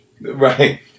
Right